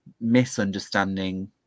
misunderstanding